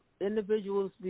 individuals